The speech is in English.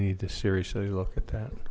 need this series so you look at that